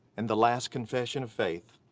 and the last confession of faith,